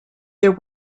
there